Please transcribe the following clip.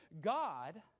God